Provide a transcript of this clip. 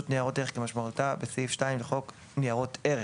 ניירות ערך כמשמעותה בסעיף 2 לחוק ניירות ערך;